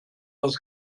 das